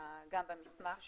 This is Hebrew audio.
עיקרי המסמך